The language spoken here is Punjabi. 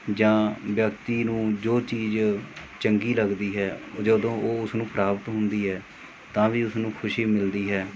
ਜਾਂ ਵਿਅਕਤੀ ਨੂੰ ਜੋ ਚੀਜ਼ ਚੰਗੀ ਲੱਗਦੀ ਹੈ ਉਹ ਜਦੋਂ ਉਹ ਉਸਨੂੰ ਪ੍ਰਾਪਤ ਹੁੰਦੀ ਹੈ ਤਾਂ ਵੀ ਉਸਨੂੰ ਖੁਸ਼ੀ ਮਿਲਦੀ ਹੈ